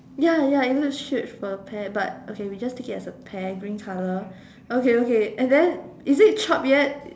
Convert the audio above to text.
ya ya it looks straight for a pear we just take it as a pear green colour okay okay and then is it chopped yet